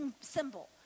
symbol